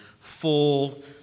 full